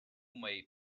mej